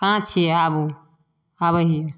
कहाँ छियै आबू अबही